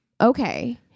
okay